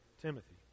Timothy